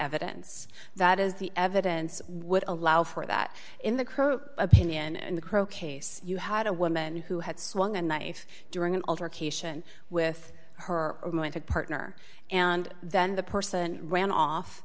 evidence that is the evidence would allow for that in the current opinion and the crow case you had a woman who had swung a knife during an altercation with her romantic partner and then the person ran off